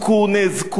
נאזקו,